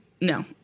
no